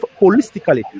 holistically